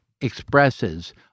expresses